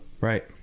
Right